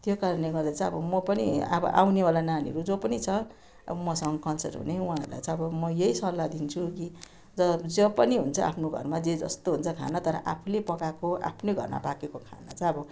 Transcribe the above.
त्यो कारणले गर्दा चाहिँ अब म पनि अब आउनेवाला नानीहरू जो पनि छ अब मसँग कनसल्ट हुने उहाँहरूलाई चाहिँ म अब यही सल्लाह दिन्छु कि ज जो पनि हुन्छ आफ्नो घरमा जे जस्तो हुन्छ खाना तर आफूले पकाएको आफ्नै घरमा पाकेको खाना चाहिँ अब हामीलाई